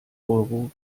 euro